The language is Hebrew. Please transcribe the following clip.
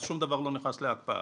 אז שום דבר לא נכנס להקפאה.